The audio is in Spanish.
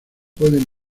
pueden